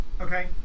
Okay